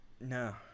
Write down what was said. no